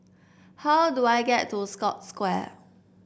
how do I get to Scotts Square